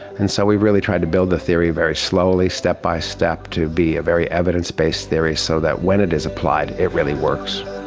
and so we really tried to build the theory very slowly, step by step, to be a very evidence-based theory, so that when it is applied, it really works.